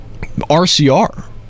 RCR